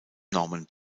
norman